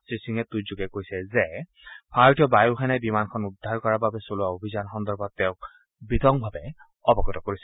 শ্ৰীসিঙে টুইটযোগে কৈছে যে ভাৰতীয় বায়ু সেনাই বিমানখন উদ্ধাৰ কৰাৰ বাবে চলোৱা অভিযান সন্দৰ্ভত তেওঁক বিতংভাৱে অৱগত কৰিছে